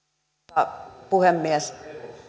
arvoisa puhemies